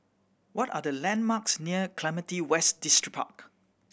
what are the landmarks near Clementi West Distripark